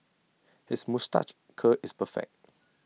his moustache curl is perfect